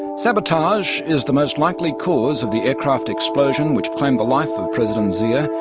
sabotage is the most likely cause of the aircraft explosion which claimed the life of president zia.